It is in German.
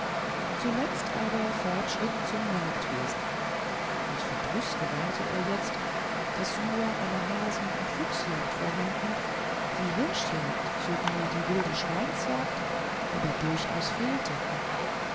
zuletzt aber fortschritt zum jagdwesen mit verdruß gewahrte er jetzt daß nur eine hasen und fuchsjagd vorhanden die hirschjagd sowie die wilde schweinsjagd aber durchaus fehlte